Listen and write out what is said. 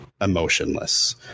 emotionless